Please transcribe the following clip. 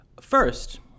First